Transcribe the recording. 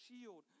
shield